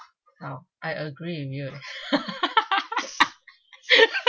ya I agree with you